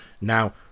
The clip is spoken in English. Now